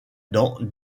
dans